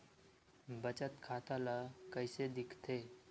बचत खाता ला कइसे दिखथे?